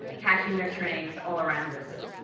catching their trains all around us.